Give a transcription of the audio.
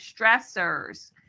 stressors